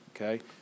okay